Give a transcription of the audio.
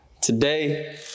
today